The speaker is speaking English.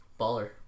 Baller